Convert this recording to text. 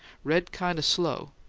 read kind of slow.